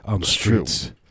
streets